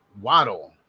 Waddle